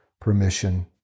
permission